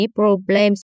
problems